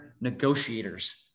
negotiators